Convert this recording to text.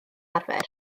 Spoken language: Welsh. arfer